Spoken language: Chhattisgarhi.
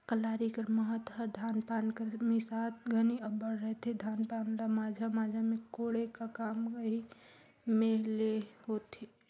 कलारी कर महत हर धान पान कर मिसात घनी अब्बड़ रहथे, धान पान ल माझा माझा मे कोड़े का काम एही मे ले होथे